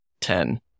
ten